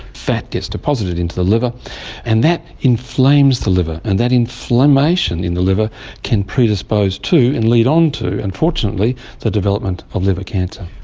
fat gets deposited into the liver and that inflames the liver and that inflammation in the liver can predispose to and lead on to unfortunately the development of liver cancer.